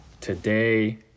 Today